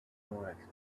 cappuccino